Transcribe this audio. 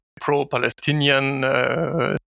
pro-Palestinian